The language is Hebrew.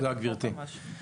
תודה, גברתי.